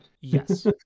Yes